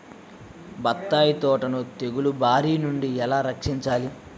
బత్తాయి తోటను తెగులు బారి నుండి ఎలా రక్షించాలి?